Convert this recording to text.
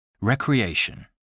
Recreation